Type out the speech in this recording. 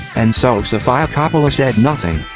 and so sofia coppola said nothing.